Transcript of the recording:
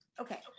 Okay